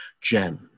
Jen